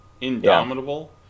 Indomitable